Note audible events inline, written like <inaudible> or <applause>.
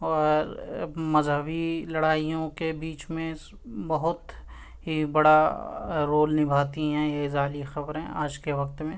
اور مذہبی لڑائیوں کے بیچ میں <unintelligible> بہت ہی بڑا رول نبھاتی ہیں یہ جعلی خبریں آج کے وقت میں